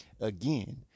again